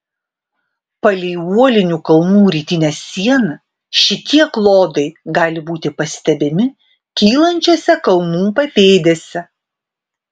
palei uolinių kalnų rytinę sieną šitie klodai gali būti pastebimi kylančiose kalnų papėdėse